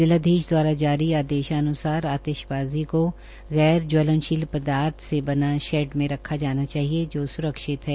जिलाधीश द्वारा जारी आदेशान्सार आतिशबाजी को गैर ज्वलनशील पदार्थ से बेने शेड में रखा जाना चाहिए जो स्रक्षित हो